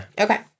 Okay